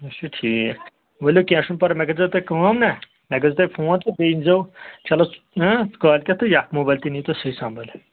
اچھا ٹھیٖک ؤلِو کیٚنٛہہ چھُنہٕ پَرواے مےٚ کٔرۍزیٚو تُہۍ کٲم نا مےٚ کٔرۍزیٚو تُہۍ فون تہٕ بیٚیہِ أنۍزیٚو چلو إں کٲلۍ کیٚتھ تہٕ یہِ موبایِل تہِ نیٖوتو سُے سَمبٲلِتھ